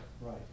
Right